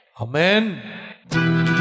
Amen